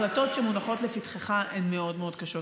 ההחלטות שמונחות לפתחך הן מאוד מאוד קשות.